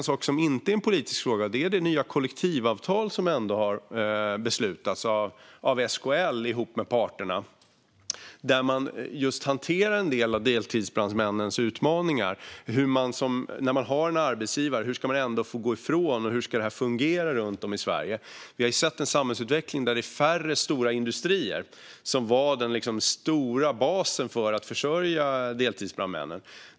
En sak som inte är en politisk fråga är det nya kollektivavtal som har beslutats av SKR ihop med parterna. Där hanteras just en del av deltidsbrandmännens utmaningar, som när man har en arbetsgivare och ändå ska ha rätt att gå ifrån och hur det här ska fungera runt om i Sverige. Vi har ju sett en samhällsutveckling med färre stora industrier, som tidigare var den stora basen för att försörja deltidsbrandmännen.